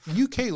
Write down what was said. UK